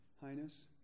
Highness